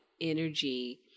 energy